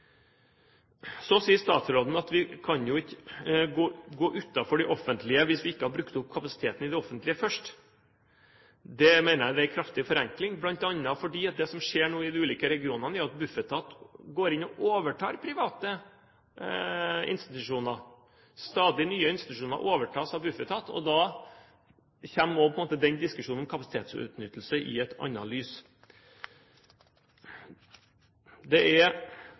Så sier statsråden at vi kan jo ikke gå utenfor det offentlige hvis vi ikke har brukt opp kapasiteten i det offentlige først. Det mener jeg er en kraftig forenkling, bl.a. fordi det som skjer i de ulike regionene, er at Bufetat går inn og overtar private institusjoner – stadig nye institusjoner overtas av Bufetat. Da kommer på en måte den diskusjonen om kapasitetsutnyttelse i et annet lys. Det